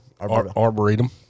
Arboretum